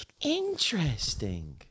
interesting